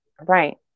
Right